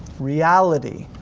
reality,